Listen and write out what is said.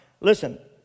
listen